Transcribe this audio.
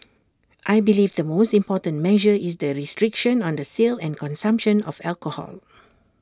I believe the most important measure is the restriction on the sale and consumption of alcohol